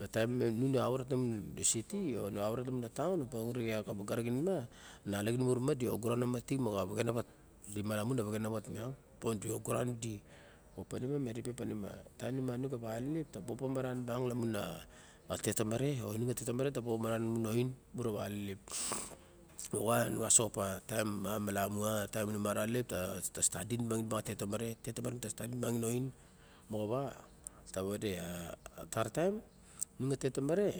Ma taim nu awa orat lamun a city a nu awa arat lamun a taon taot ure xa waga raxin ma, nalaxin mu rema di oguran o mat di moxa vexenawat. Di ma lamun a vexenavat miang opa ma di oguran alelep ta bobo maran bang lamun a tet tomare a tet tomare ta bobo maran lamun a ain imu ra wa alelep. Moxawe nu xasoxo opa taim malamu. Na ma ra wa alelep a tet tomare ta stadim tu ma xin a ain moxowa tawade a ta ra taim inung a tet tomare.